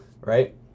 right